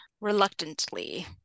reluctantly